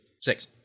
six